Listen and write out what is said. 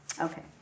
okay